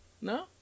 No